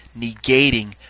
negating